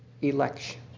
election